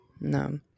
No